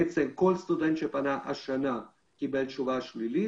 בעצם כל סטודנט שפנה השנה קיבל תשובה שלילית